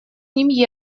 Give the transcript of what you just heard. ним